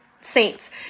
saints